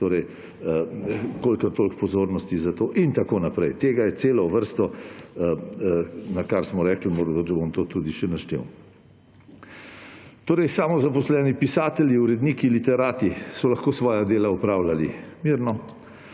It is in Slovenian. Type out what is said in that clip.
letih kolikor toliko pozornosti za to. In tako naprej. Tega je cela vrsta, kar smo rekli, mogoče bom to tudi še naštel. Torej, samozaposleni, pisatelji, uredniki, literati so lahko svoja dela opravljali mirno,